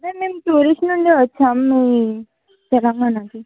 మేమ్ మేము టూరిస్ట్ నుండి వచ్చాము మీ తెలంగాణాకి